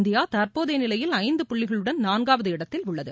India தற்போதைய நிலையில் ஐந்து புள்ளிகளுடன் நான்காவது இடத்தில் உள்ளது